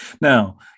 Now